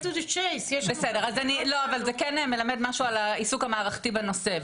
זה כן מלמד משהו על העיסוק המערכתי בנושא.